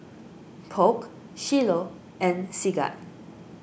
Polk Shiloh and Sigurd